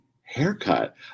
haircut